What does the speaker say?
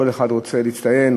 כל אחד רוצה להצטיין,